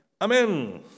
amen